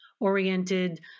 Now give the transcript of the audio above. oriented